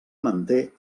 manté